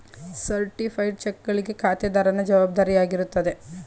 certified ಚೆಕ್ಗಳಿಗೆ ಖಾತೆದಾರನ ಜವಾಬ್ದಾರಿಯಾಗಿರುತ್ತದೆ